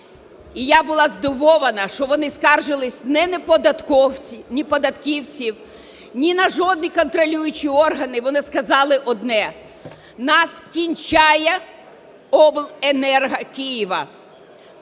і я була здивована, що вони скаржились не на податківців, ні на жодні контролюючі органи, вони сказали одне: нас кінчає обленерго Києва.